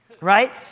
right